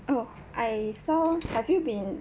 oh I saw have you been